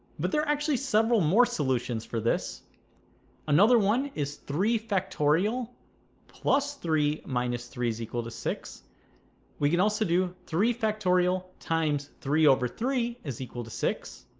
but there are actually several more solutions for this another one is three factorial plus three minus three is equal to six we can also do three factorial times three over three is equal to six